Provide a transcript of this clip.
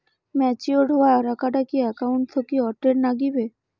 Matured হওয়া টাকাটা কি একাউন্ট থাকি অটের নাগিবে?